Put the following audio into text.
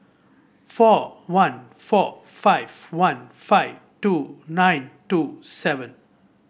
four one four five one five two nine two seven